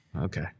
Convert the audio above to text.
Okay